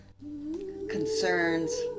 concerns